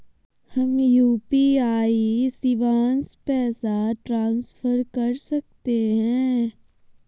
हम यू.पी.आई शिवांश पैसा ट्रांसफर कर सकते हैं?